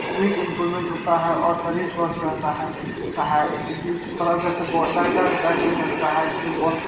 improvement होता है और शरीर स्वस्थ रहता है ता है इस इसका वजह से बॉल बैटर बैटिंग करता है जैसे बॉल